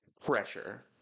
pressure